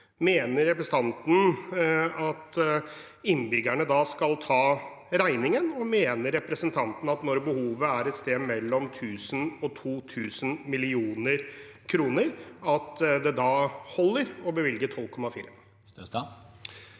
Mener representanten da at innbyggerne skal ta regningen, og mener representanten, når behovet er et sted mellom 1 000 og 2 000 mill. kr, at det da holder å bevilge 12,4 mill.